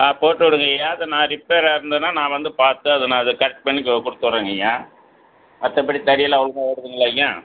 போட்டு விடுங்கய்யா அது நான் ரிப்பேராக இருந்துதுன்னால் நான் வந்து பார்த்து அது நான் அது கரெக்ட் பண்ணி கொடுத்தர்றங்கய்யா மற்றபடி தறியெல்லாம் ஒழுங்காக ஓடுதுங்களாய்யா